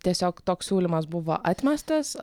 tiesiog toks siūlymas buvo atmestas